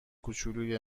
کوچلوی